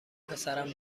پسرم